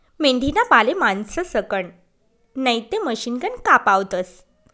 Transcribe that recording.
मेंढीना बाले माणसंसकन नैते मशिनकन कापावतस